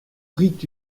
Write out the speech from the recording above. prit